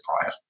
prior